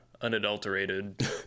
unadulterated